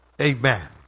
Amen